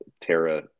Terra